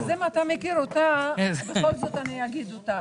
גם אם אתה מכיר אותה, בכל זאת אגיד אותה.